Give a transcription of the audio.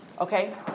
okay